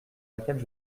laquelle